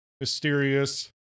mysterious